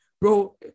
Bro